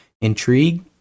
intrigue